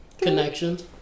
Connections